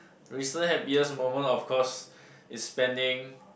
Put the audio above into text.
recent happiest moment of course is spending